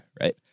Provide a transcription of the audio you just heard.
right